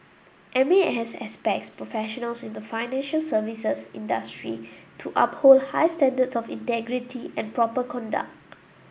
M A S expects professionals in the financial services industry to uphold high standards of integrity and proper conduct